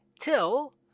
till